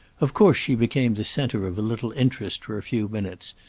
of course she became the centre of a little interest for a few minutes,